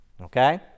Okay